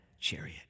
chariot